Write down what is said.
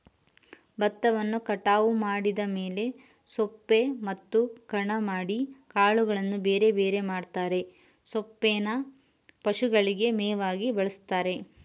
ಬತ್ತವನ್ನು ಕಟಾವು ಮಾಡಿದ ಮೇಲೆ ಸೊಪ್ಪೆ ಮತ್ತು ಕಣ ಮಾಡಿ ಕಾಳುಗಳನ್ನು ಬೇರೆಬೇರೆ ಮಾಡ್ತರೆ ಸೊಪ್ಪೇನ ಪಶುಗಳಿಗೆ ಮೇವಾಗಿ ಬಳಸ್ತಾರೆ